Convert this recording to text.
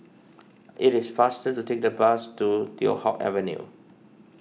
it is faster to take the bus to Teow Hock Avenue